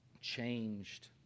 changed